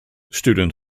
student